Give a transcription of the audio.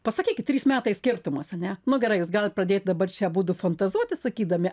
pasakykit trys metai skirtumas ane nu gerai jūs galit pradėt dabar čia abudu fantazuoti sakydami